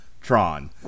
Tron